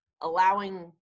allowing